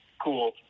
cool